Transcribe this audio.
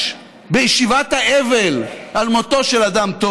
לא, זה נסיעה ביטחונית מאוד חשובה.